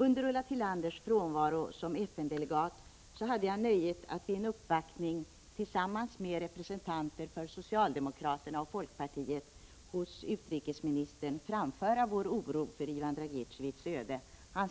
Under Ulla Tillanders frånvaro från riksdagen och tjänstgöring som FN-delegat hade jag nöjet att vid en uppvaktning tillsammans med representanter för socialdemokraterna och folkpartiet hos utrikesministern framföra vår oro för Ivan Dragiteviés öde — han